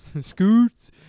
Scoots